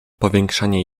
powiększenie